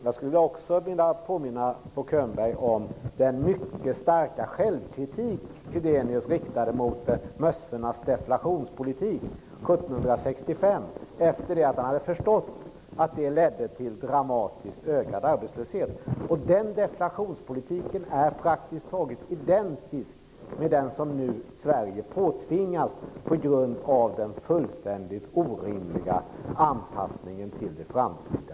Jag vill påminna Bo Könberg om den mycket starka självkritik som Gydenius riktade mot Mössornas deflationspolitik 1765 efter det att han hade förstått att en sådan politik ledde till dramatiskt ökad arbetslöshet. Den deflationspolitiken är praktiskt taget identisk med den politik som Sverige nu påtvingas av den fullständigt orimliga anpassningen till det framtida